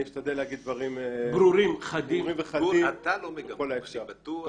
אני אשתדל להגיד דברים ברורים וחדים ככל האפשר.